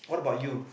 what about you